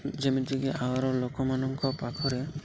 ଯେମିତିକି ଆଗର ଲୋକମାନଙ୍କ ପାଖରେ